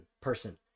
person